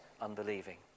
unbelieving